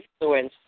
influence